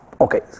Okay